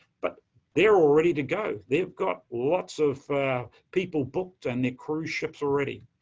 but they're all ready to go, they've got lots of people booked and their cruise ships are ready.